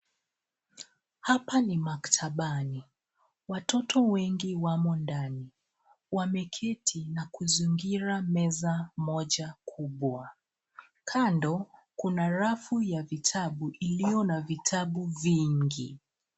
Hapa ni maktabani. Watoto wengi wamo ndani. Wameketi na kuzingira meza moja kubwa. Kando kuna rafu ya kitabu ilio na vitabu vingi.